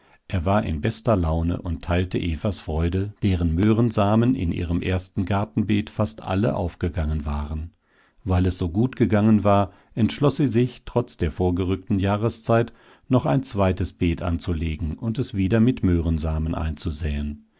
er war in bester laune und teilte evas freude deren möhrensamen in ihrem ersten gartenbeet fast alle aufgegangen waren weil es so gut gegangen war entschloß sie sich trotz der vorgerückten jahreszeit noch ein zweites beet anzulegen und es wieder mit möhrensamen einzusäen